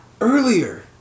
Earlier